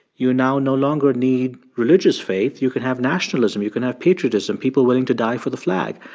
you now no longer need religious faith. you can have nationalism. you can have patriotism people willing to die for the flag.